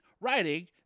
writing